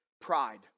pride